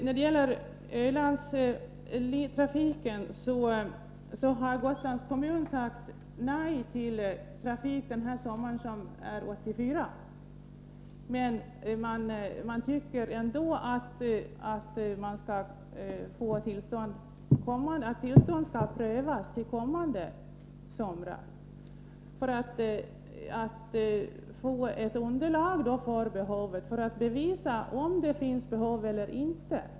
När det gäller Ölandstrafiken, så har Gotlands kommun sagt nej till trafik under sommaren 1984. Men man tycker ändå att frågan om tillstånd skall prövas för kommande somrar, så att det skapas underlag för en bedömning av huruvida behov föreligger eller inte.